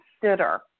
consider